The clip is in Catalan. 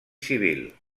civil